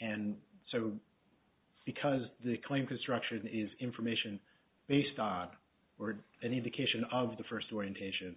and so because the claim construction is information based on word and indication of the first orientation